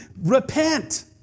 Repent